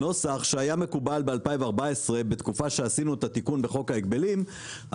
נוסח שהיה מקובל ב-2014 בתקופה שעשינו את התיקון בחוק ההגבלים,